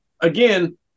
Again